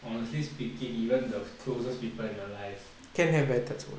honestly speaking even the closest people in your life